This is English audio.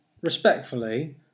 respectfully